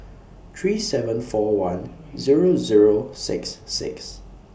three seven four one Zero Zero six six